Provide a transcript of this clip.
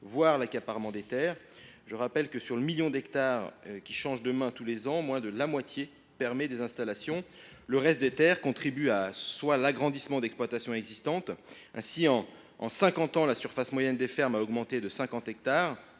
contre l’accaparement des terres. Je rappelle que sur le million d’hectares qui changent de main tous les ans, moins de la moitié sont destinés à des installations. Les terres restantes sont utilisées pour l’agrandissement d’exploitations existantes. Ainsi, en cinquante ans, la surface moyenne des fermes a augmenté de 50 hectares,